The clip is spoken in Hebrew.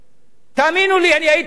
תאמינו לי, אני הייתי נגדו,